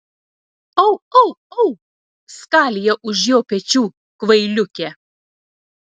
au au au skalija už jo pečių kvailiukė